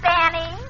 Benny